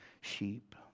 sheep